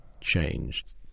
changed